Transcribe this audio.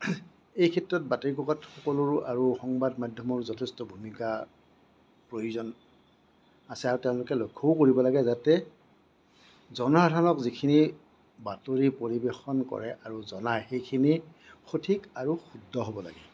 এই ক্ষেত্ৰত বাতৰি কাকত সকলৰো আৰু সংবাদ মাধ্যমৰ যথেষ্ট ভূমিকা প্ৰয়োজন আছে আৰু তেওঁলোকে লক্ষ্যও কৰিব লাগে যাতে জনসাধাৰণক যিখিনি বাতৰি পৰিৱেশন কৰে আৰু জনাই সেইখিনি সঠিক আৰু শুদ্ধ হ'ব লাগে